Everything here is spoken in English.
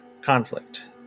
conflict